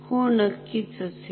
हो नक्कीच असेल